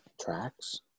Tracks